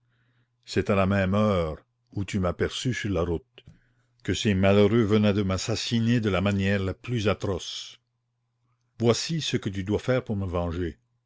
c'est à la même heure où tu m'aperçus sur la route que ces malheureux venaient de m'assassiner de la manière la plus atroce voici ce que tu dois faire pour me venger